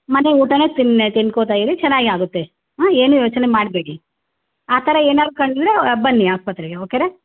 ಮನೆ ಊಟನೇ ತಿನ್ನಿ ತಿನ್ಕೋತಾ ಇರಿ ಚೆನ್ನಾಗಿ ಆಗುತ್ತೆ ಹಾಂ ಏನೂ ಯೋಚನೆ ಮಾಡಬೇಡಿ ಆ ಥರ ಏನಾದ್ರು ಕಂಡರೆ ಬನ್ನಿ ಆಸ್ಪತ್ರೆಗೆ ಓಕೆನಾ